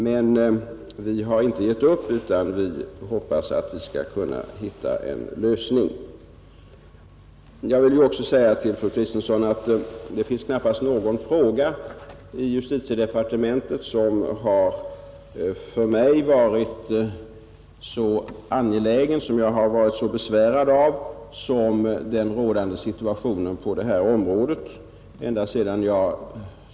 Men vi har inte gett upp, utan vi hoppas att vi skall kunna hitta en lösning. Jag vill också säga till fru Kristensson att det knappast finns någon fråga i justitiedepartementet som för mig har varit så angelägen och som jag har varit så besvärad av som den rådande situationen på detta område.